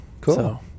cool